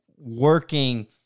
working